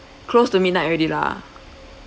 close to midnight already lah